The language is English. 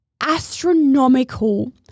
astronomical